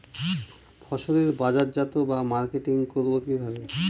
ফসলের বাজারজাত বা মার্কেটিং করব কিভাবে?